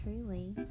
truly